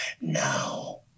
now